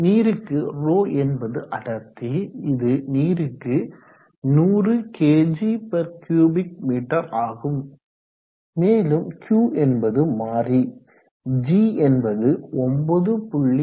நீருக்கு 𝜌 என்பது அடர்த்தி இது நீருக்கு 100 KG cubic metre kgcubic meter ஆகும் மேலும் Q என்பது மாறி g என்பது 9